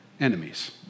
enemies